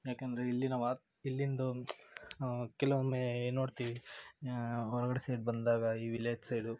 ಏಕೆಂದ್ರೆ ಇಲ್ಲಿನ ವಾತ್ ಇಲ್ಲಿನದು ಕೆಲವೊಮ್ಮೆ ನೋಡ್ತೀವಿ ಹೊರಗಡೆ ಸೈಡ್ ಬಂದಾಗ ಈ ವಿಲೇಜ್ ಸೈಡು